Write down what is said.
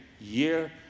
year